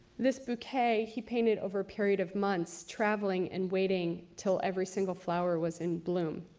this bouquet, he painted over a period of months, traveling and waiting until every single flower was in bloom.